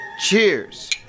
Cheers